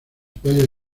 puede